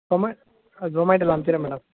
ஸொமே ஆ ஸொமேட்டோவில அம்ச்சிடுறேன் மேடம்